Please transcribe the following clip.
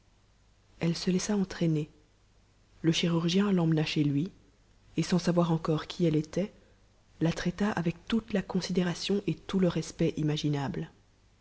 elle se laissa entraîner le chirurgien l'emmena chez lui et sans savoir encore qui ette était la traita avec toute la considération et tout le respect imaginables